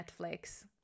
Netflix